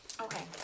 okay